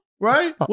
Right